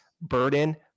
burden